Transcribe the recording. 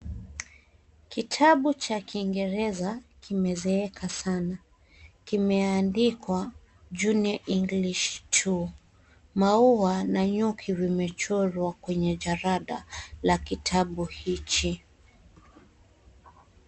Kitabu cha kingereza kimezeeka sana. Kimeandikwa Junior English two . Maua na nyuki vimechorwa kwenye jarada la kitabu hichi.